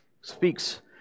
speaks